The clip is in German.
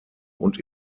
und